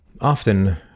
Often